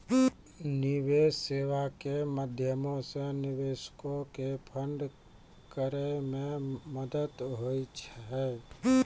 निवेश सेबा के माध्यमो से निवेशको के फंड करै मे मदत होय छै